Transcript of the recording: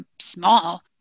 small